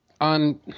on